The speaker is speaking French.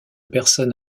personne